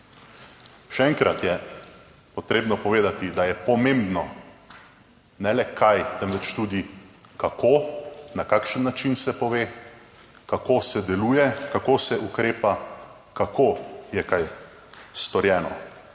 Še enkrat je potrebno povedati, da je pomembno ne le kaj, temveč tudi kako, na kakšen način se pove, kako se deluje, kako se ukrepa, kako je kaj storjeno,